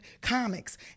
comics